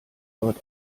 dort